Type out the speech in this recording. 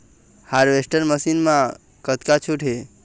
Harvester machine मा कतका छूट हे?